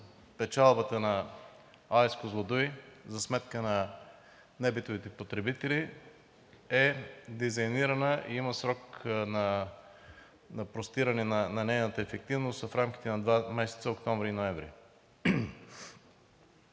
печалбата на АЕЦ „Козлодуй“ за сметка на небитовите потребители, е дизайнирана и има срок на простиране на нейната ефективност в рамките на два месеца – октомври и ноември.